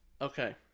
Okay